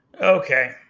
Okay